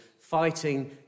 fighting